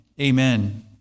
amen